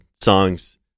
songs